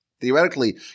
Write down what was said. theoretically